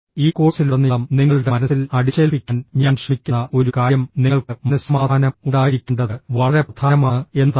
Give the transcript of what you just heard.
ഈ കോഴ്സിലുടനീളം നിങ്ങളുടെ മനസ്സിൽ അടിച്ചേൽപ്പിക്കാൻ ഞാൻ ശ്രമിക്കുന്ന ഒരു കാര്യം നിങ്ങൾക്ക് മനസ്സമാധാനം ഉണ്ടായിരിക്കേണ്ടത് വളരെ പ്രധാനമാണ് എന്നതാണ്